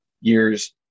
years